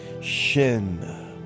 shin